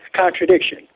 contradiction